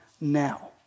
now